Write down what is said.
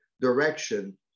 direction